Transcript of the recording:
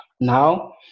now